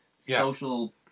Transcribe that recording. social